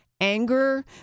anger